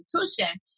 institution